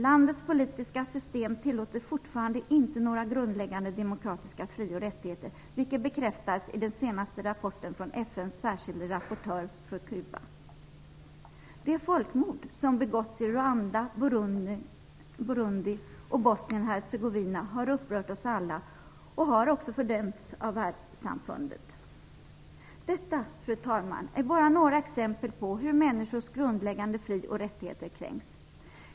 Landets politiska system tillåter fortfarande inte några grundläggande demokratiska fri och rättigheter, vilket bekräftas i den senaste rapporten från FN:s särskilda rapportör för De folkmord som begåtts i Rwanda, Burundi och Bosnien-Hercegovina har upprört oss alla och också fördömts av världssamfundet. Detta, fru talman, är bara några exempel på hur människors grundläggande fri och rättigheter kränks.